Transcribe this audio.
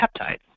peptides